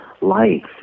life